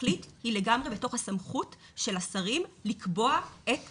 התכלית היא לגמרי בתוך הסמכות של השרים לקבוע את התכלית.